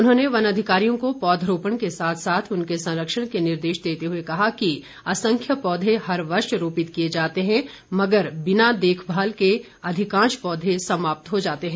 उन्होंने वन अधिकारियों को पौधरोपण के साथ साथ उनके संरक्षण के निर्देश देते हुए कहा कि असंख्य पौधे हर वर्ष रोपित किए जाते हैं मगर बिना देख रेख के अधिकांश पौधे समाप्त हो जाते हैं